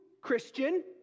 Christian